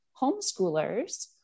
homeschoolers